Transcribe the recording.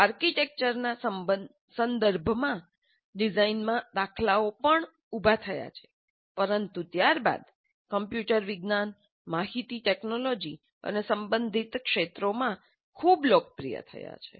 આર્કિટેક્ચરના સંદર્ભમાં ડિઝાઇનમાં દાખલાઓ પણ ઉભા થયા છે પરંતુ ત્યારબાદ કમ્પ્યુટર વિજ્ઞાન માહિતી ટેકનોલોજી અને સંબંધિત ક્ષેત્રોમાં ખૂબ લોકપ્રિય થયા છે